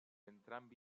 entrambi